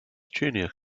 junior